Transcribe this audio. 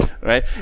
right